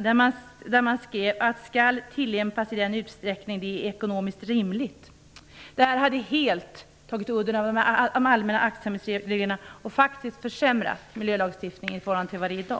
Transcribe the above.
Man skrev där att de skall tillämpas i den utsträckning det är ekonomiskt rimligt. Det hade faktiskt försämrat miljölagstiftningen i förhållande till dagens läge.